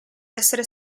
essere